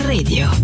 Radio